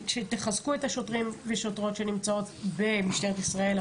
שתחזקו את השוטרים והשוטרות שנמצאים במשטרת ישראל,